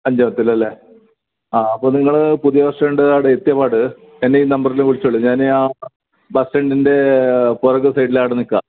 അഞ്ച് പത്തിനല്ലേ ആ അപ്പം നിങ്ങൾ പുതിയ ബസ്റ്റാൻഡിന് ആടെ എത്തിയാപാട് എന്നെ ഈ നമ്പറിൽ വിളിച്ചോളി ഞാൻ ആ ബസ്സ്റ്റാൻഡിൻ്റെ പുറക് സൈഡിൽ അടെ നിൽക്കാം